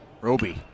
Roby